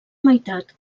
meitat